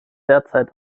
derzeit